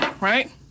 Right